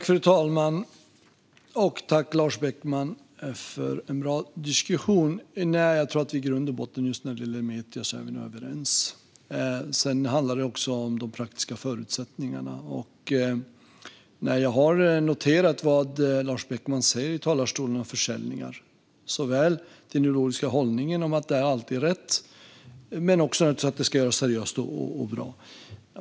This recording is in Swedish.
Fru talman! Tack, Lars Beckman, för en bra diskussion. Jag tror att vi i grund och botten är överens när det gäller Metria. Sedan handlar det om de praktiska förutsättningarna. Jag har noterat vad Lars Beckman säger i talarstolen om försäljningar. Det gäller såväl den ideologiska hållningen att det alltid är rätt som att det ska göras seriöst och bra.